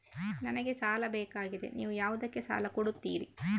ನನಗೆ ಸಾಲ ಬೇಕಾಗಿದೆ, ನೀವು ಯಾವುದಕ್ಕೆ ಸಾಲ ಕೊಡ್ತೀರಿ?